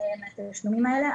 המוסדות מהתשלומים האלה,